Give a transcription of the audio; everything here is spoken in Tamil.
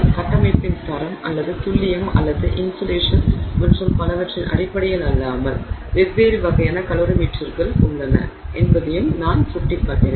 கட்டமைப்பின் தரம் அல்லது துல்லியம் அல்லது இன்சுலேஷன் மற்றும் பலவற்றின் அடிப்படையில் அல்லாமல் வெவ்வேறு வகையான கலோரிமீட்டர்கள் உள்ளன என்பதையும் நான் சுட்டிக்காட்டினேன்